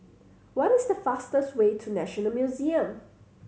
what is the fastest way to National Museum